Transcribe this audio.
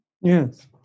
Yes